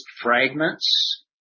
fragments